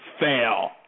fail